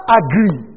agree